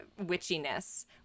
witchiness